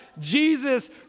Jesus